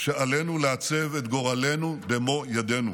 שעלינו לעצב את גורלנו במו ידינו: